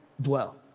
dwell